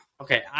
Okay